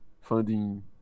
funding